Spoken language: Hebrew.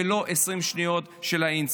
ולא 20 שניות של insert.